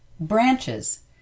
BRANCHES